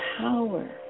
power